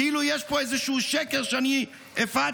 כאילו יש פה איזשהו שקר שאני הפצתי.